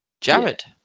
Jared